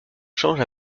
change